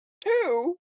two